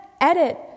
edit